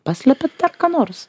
paslepiate ką nors